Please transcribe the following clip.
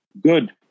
Good